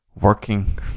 working